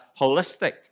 holistic